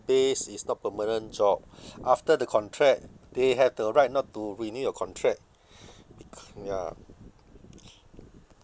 based is not permanent job after the contract they have the right not to renew your contract because ya